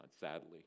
sadly